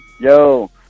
Yo